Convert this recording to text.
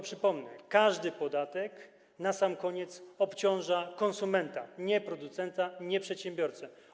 Przypomnę, że każdy podatek na koniec obciąża konsumenta, a nie producenta, nie przedsiębiorcę.